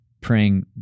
praying